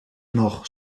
nog